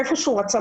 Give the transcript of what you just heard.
איפה שהוא רצה,